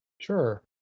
Sure